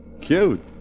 Cute